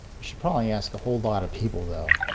should probably ask a whole lot of people though.